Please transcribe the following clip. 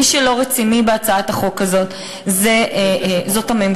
מי שלא רציני בהצעת החוק הזאת זו הממשלה.